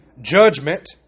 judgment